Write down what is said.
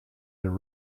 their